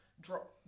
drop